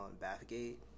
Bathgate